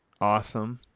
Awesome